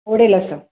ओढेल असं